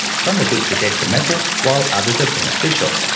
some of which are detrimental while others are beneficial.